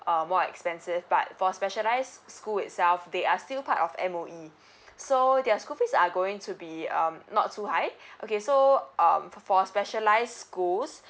uh more expensive but for specialise school itself they are still part of M_O_E so their school fees are going to be um not too high okay so um for specialise schools